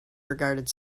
regarded